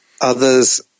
others